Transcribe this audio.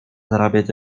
zarabiać